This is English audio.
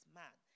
man